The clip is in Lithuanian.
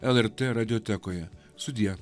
lrt radiotekoje sudie